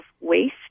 waste